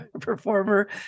performer